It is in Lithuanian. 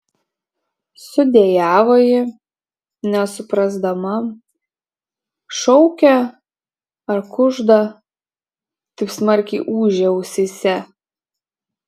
sudejavo ji nesuprasdama šaukia ar kužda taip smarkiai ūžė ausyse